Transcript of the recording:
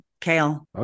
Kale